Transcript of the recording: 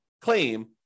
claim